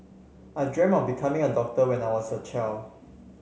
I dreamt of becoming a doctor when I was a child